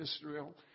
Israel